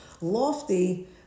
lofty